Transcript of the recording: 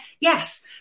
Yes